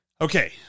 Okay